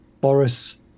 Boris